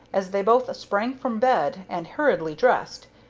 as they both sprang from bed and hurriedly dressed.